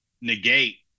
negate